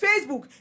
Facebook